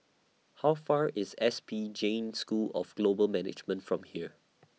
How Far away IS S P Jain School of Global Management from here